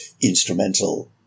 instrumental